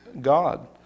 God